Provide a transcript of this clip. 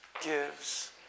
gives